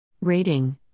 Rating